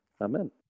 Amen